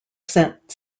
sent